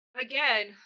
again